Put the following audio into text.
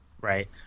Right